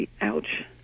ouch